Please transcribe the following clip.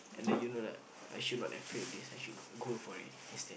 and you know like I should not have fail this I should have go for it instead